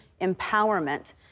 empowerment